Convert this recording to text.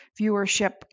viewership